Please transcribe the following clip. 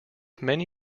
many